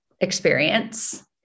experience